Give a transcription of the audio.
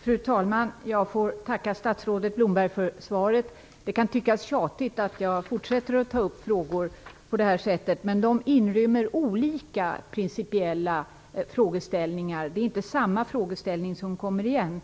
Fru talman! Jag får tacka statsrådet Blomberg för svaret. Det kan tyckas tjatigt att jag fortsätter att ta upp frågor på detta sätt, men de inrymmer olika principiella frågeställningar. Det är inte samma frågeställning som kommer igen.